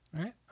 right